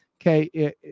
Okay